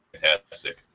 fantastic